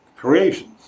Creations